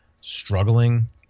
struggling